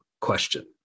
question